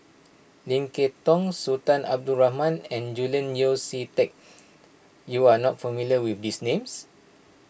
Lim Kay Tong Sultan Abdul Rahman and Julian Yeo See Teck you are not familiar with these names